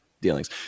dealings